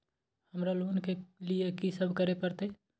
हमरा लोन के लिए की सब करे परतै?